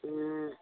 ꯎꯝ